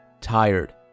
tired